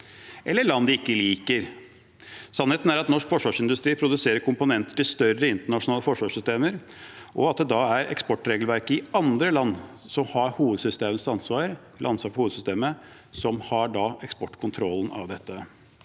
eller til land de ikke liker. Sannheten er at norsk forsvarsindustri produserer komponenter til større internasjonale forsvarssystemer, og at det da er eksportregelverket i andre land som gjelder, og at det er de landene som har ansvar for hovedsystemet, som skal ha eksportkontrollen av dette.